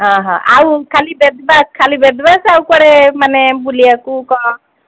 ଓହ ଆଉ ଖାଲି ବେଦବ୍ୟାସ ଖାଲି ବେଦବ୍ୟାସ ଆଉ କୁଆଡ଼େ ମାନେ ବୁଲିବାକୁ କ'ଣ